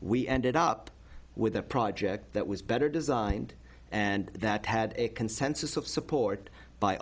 we ended up with a project that was better designed and that had a consensus of support by